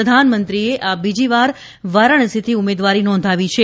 પ્રધાનમંત્રીએ આ બીજીવાર વારાણસીથી ઉમેદવારી નોંધાવી છે